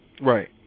Right